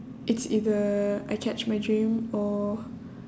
it's either I catch my dream or